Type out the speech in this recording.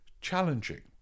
challenging